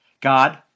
God